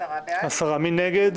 10, נגד